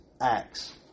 acts